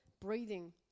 breathing